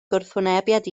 gwrthwynebiad